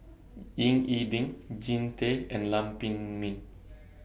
Ying E Ding Jean Tay and Lam Pin Min